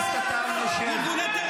אתה לא עונה לי.